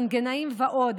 רנטגנאים ועוד.